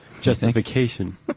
justification